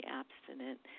abstinent